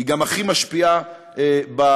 היא גם הכי משפיעה בעולם,